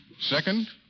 Second